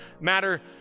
matter